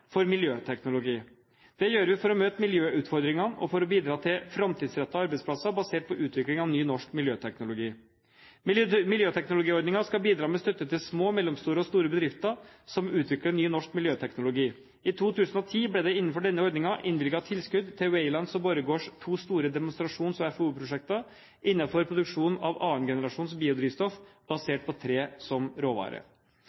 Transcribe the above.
for miljøteknologi. Det gjør vi for å møte miljøutfordringene og for å bidra til framtidsrettede arbeidsplasser basert på utvikling av ny norsk miljøteknologi. Miljøteknologiordningen skal bidra med støtte til små, mellomstore og store bedrifter som utvikler ny norsk miljøteknologi. I 2010 ble det innenfor denne ordningen innvilget tilskudd til Weilands og Borregaards to store demonstrasjons- og FAO-prosjekter innenfor produksjon av 2. generasjons biodrivstoff,